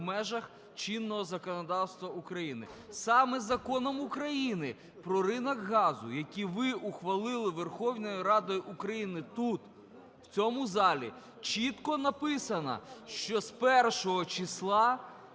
межах чинного законодавства України. Саме Законом України про ринок газу, який ви ухвалили Верховною Радою України тут, в цьому залі, чітко написано, що з першого числа